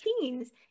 teens